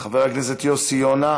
חבר הכנסת יוסי יונה,